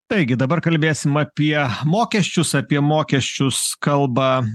taigi dabar kalbėsim apie mokesčius apie mokesčius kalba